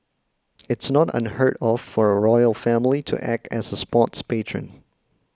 it's not unheard of for a royal family to act as a sports patron